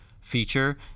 feature